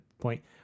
point